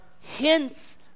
hints